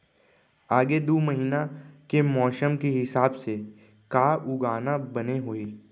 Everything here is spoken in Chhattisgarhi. आगे दू महीना के मौसम के हिसाब से का उगाना बने होही?